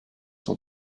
son